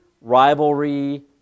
rivalry